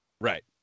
Right